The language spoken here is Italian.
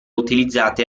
utilizzate